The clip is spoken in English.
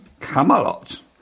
Camelot